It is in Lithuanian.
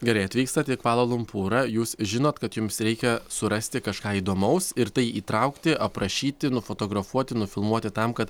gerai atvykstat į palą lumpūrą jūs žinot kad jums reikia surasti kažką įdomaus ir tai įtraukti aprašyti nufotografuoti nufilmuoti tam kad